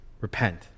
Repent